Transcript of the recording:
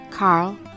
Carl